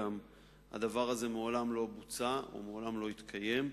הדבר מעולם לא בוצע ומעולם לא התקיים.